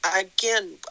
again